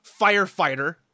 firefighter